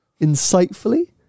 insightfully